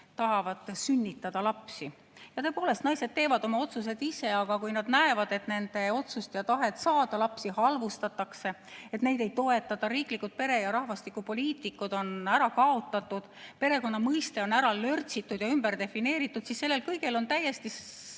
tahavad lapsi sünnitada. Tõepoolest, naised teevad oma otsused ise, aga kui nad näevad, et nende otsust ja tahet lapsi saada halvustatakse, et neid ei toetata, riiklikud pere‑ ja rahvastikupoliitikad on ära kaotatud, perekonna mõiste on ära lörtsitud ja ümber defineeritud, siis sellel kõigel on täiesti